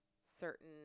certain